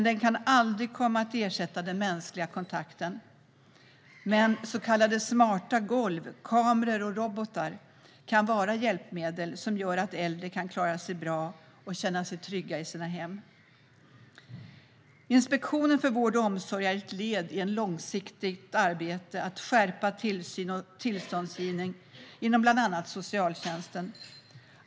Den kan aldrig komma att ersätta den mänskliga kontakten, men så kallade smarta golv, kameror och robotar kan vara hjälpmedel som gör att äldre kan klara sig bra och känna sig trygga i sina hem. Inspektionen för vård och omsorg är ett led i ett långsiktigt arbete för att skärpa tillsyn och tillståndsgivning inom bland annat socialtjänsten.